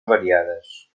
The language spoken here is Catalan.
variades